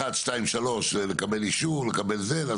לפני זה רק הערה לגבי הסעיפים שמחילים,